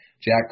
Jack